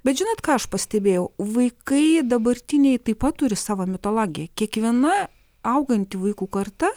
bet žinot ką aš pastebėjau vaikai dabartiniai taip pat turi savo mitologiją kiekviena auganti vaikų karta